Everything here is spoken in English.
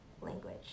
language